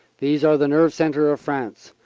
these are the nerve centre of france.